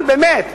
באמת,